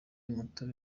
umutobe